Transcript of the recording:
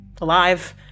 alive